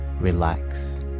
relax